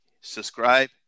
Subscribe